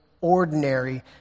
ordinary